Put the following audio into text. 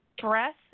breath